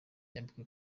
yambikwa